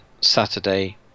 Saturday